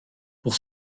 pour